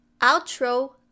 outro